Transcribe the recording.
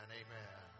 amen